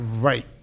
right